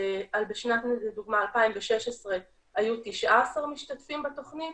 בשנת 2016 לדוגמה היו 19 משתתפים בתוכנית